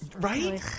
Right